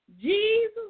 Jesus